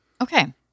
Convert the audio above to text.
okay